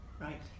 Right